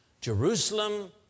Jerusalem